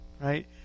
Right